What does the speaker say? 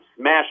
smash